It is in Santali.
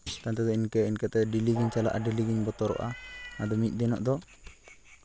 ᱛᱟᱭᱚᱢ ᱛᱮᱫᱚ ᱤᱱᱠᱟᱹ ᱤᱱᱠᱟᱹᱛᱮ ᱰᱮᱞᱤ ᱜᱤᱧ ᱪᱟᱞᱟᱜᱼᱟ ᱰᱮᱞᱤ ᱜᱤᱧ ᱵᱚᱛᱚᱨᱚᱜᱼᱟ ᱟᱫᱚ ᱢᱤᱫ ᱫᱤᱱᱚᱜ ᱫᱚ